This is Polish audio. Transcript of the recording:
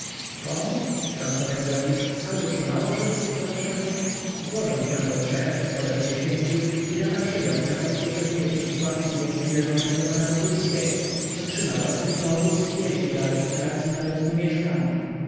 komu wtrąca węgrowicz alboż to mało żydów w warszawie złożą się we trzech bodaj w dziesięciu i zaparszywią krakowskie przedmieście z łaski jaśnie wielmożnego pana wokulskiego co trzyma własny powóz i jeździ do arystokracyi na letnie mieszkanie